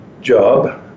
job